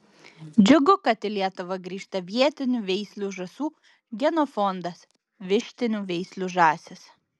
džiugu kad į lietuvą grįžta vietinių veislių žąsų genofondas vištinių veislių žąsys